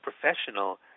professional